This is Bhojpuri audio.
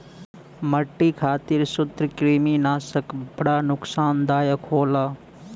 मट्टी खातिर सूत्रकृमिनाशक बड़ा नुकसानदायक होला